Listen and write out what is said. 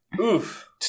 Oof